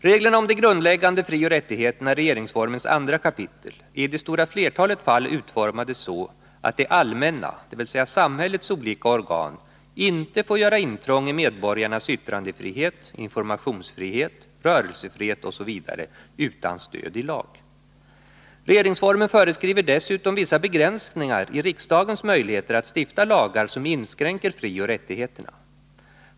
Reglerna om de grundläggande frioch rättigheterna i regeringsformens andra kapitel är i det stora flertalet fall utformade så att det allmänna, dvs. samhällets olika organ, inte får göra intrång i medborgarnas yttrandefrihet, informationsfrihet, rörelsefrihet osv. utan stöd i lag. Regeringsformen föreskriver dessutom vissa begränsningar i riksdagens möjligheter att stifta lagar som inskränker frioch rättigheterna.